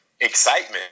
excitement